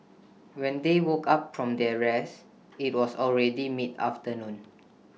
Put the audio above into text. when they woke up from their rest IT was already mid afternoon